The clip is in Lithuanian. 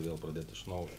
vėl pradėt iš naujo